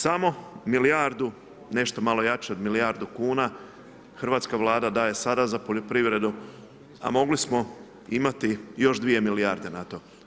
Znači samo milijardu, nešto malo jače od milijardu kuna hrvatska Vlada daje sada za poljoprivredu a mogli smo imati još 2 milijarde na to.